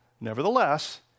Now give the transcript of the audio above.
Nevertheless